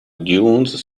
dunes